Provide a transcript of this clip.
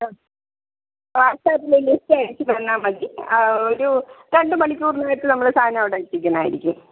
ആ വാട്ട്സാപ്പില് ലിസ്റ്റ് അയച്ച് തന്നാൽ മതി ആ ഒരു രണ്ട് മണിക്കൂറിനകത്ത് നമ്മൾ സാധനം അവിടെ എത്തിക്കുന്നത് ആയിരിക്കും